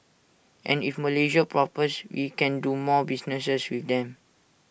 and if Malaysia prospers we can do more businesses with them